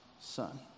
son